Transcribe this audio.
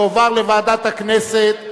יועבר לוועדת הכנסת,